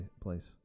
place